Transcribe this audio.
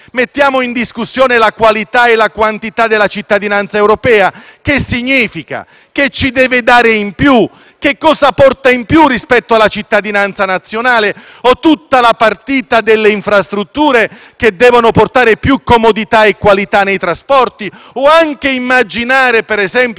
quanto ci deve dare in più, su cosa porta in più rispetto alla cittadinanza nazionale, o tutta la partita delle infrastrutture che devono assicurare più qualità nei trasporti, o anche immaginare, per esempio, rispetto all'Europa, la configurazione di una sicurezza internazionale